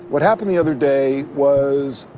what happened the other day was,